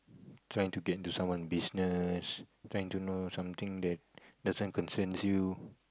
trying to get into someone business trying to know something that doesn't concerns you